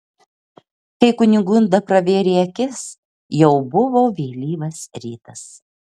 kai kunigunda pravėrė akis jau buvo vėlyvas rytas